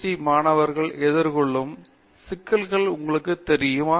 D மாணவர்கள் எதிர்கொள்ளும் சிக்கல்கள் உங்களுக்குத் தெரியுமா